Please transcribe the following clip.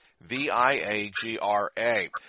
V-I-A-G-R-A